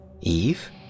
Eve